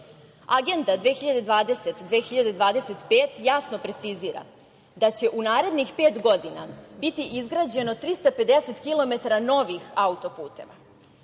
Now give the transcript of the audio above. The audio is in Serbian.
2020 – 2025 jasno precizira da će u narednih pet godina biti izgrađeno 350 kilometara novih autoputeva.